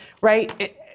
right